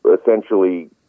essentially